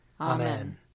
Amen